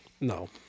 No